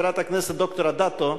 חברת הכנסת ד"ר אדטו,